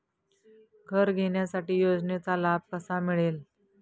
घर घेण्यासाठी योजनेचा लाभ कसा मिळेल?